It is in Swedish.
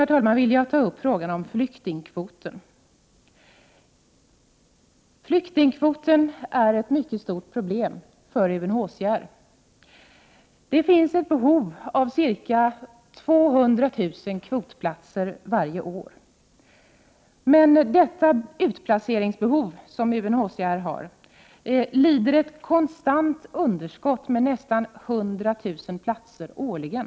Jag vill också ta upp frågan om flyktingkvoten. Flyktingkvoten är ett mycket stort problem för UNHCR. Det finns ett behov av ca 200 000 kvotplatser varje år. Tillgången på kvotplatser är dock endast hälften så stor, dvs. UNHCR behöver konstant nästan 100 000 platser årligen.